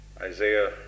Isaiah